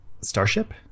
Starship